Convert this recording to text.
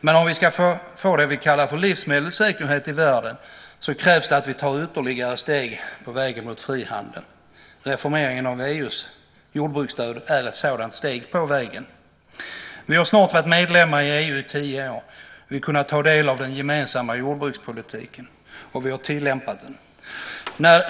Men om vi ska få det som vi kallar livsmedelssäkerhet i världen krävs det att vi tar ytterligare steg på vägen mot frihandel. Reformeringen av EU:s jordbruksstöd är ett sådant steg på vägen. Vi har snart varit medlemmar i EU i tio år och kunnat ta del av den gemensamma jordbrukspolitiken och tillämpat den.